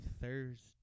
Thursday